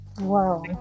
Wow